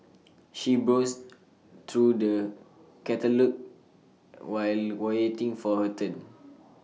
she browsed through the catalogues while waiting for her turn